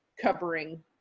covering